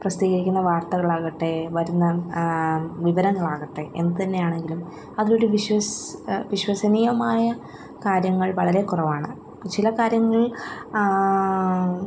പ്രസിദ്ധീകരിക്കുന്ന വർത്തകളാകട്ടെ വരുന്ന വിവരങ്ങളാകട്ടെ എന്ത് തന്നെയാണെങ്കിലും അതിലൊരു വിശ്വാസ് വിശ്വസനീയമായ കാര്യങ്ങൾ വളരെ കുറവാണ് ചില കാര്യങ്ങളിൽ